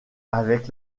avec